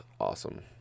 awesome